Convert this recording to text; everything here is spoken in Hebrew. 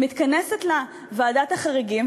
ומתכנסת לה ועדת החריגים,